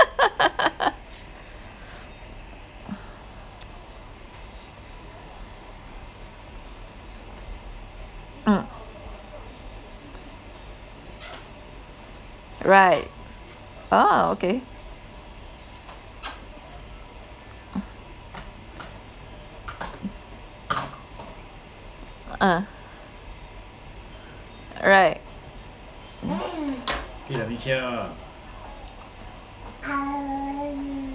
mm right oh okay ah right mm